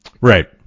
Right